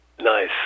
Nice